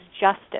justice